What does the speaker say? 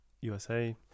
USA